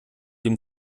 dem